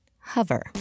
Hover